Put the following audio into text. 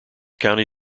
county